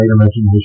imagination